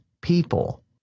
people